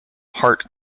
hart